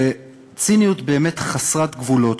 בציניות באמת חסרת גבולות,